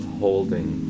holding